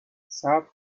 صبر